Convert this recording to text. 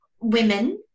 women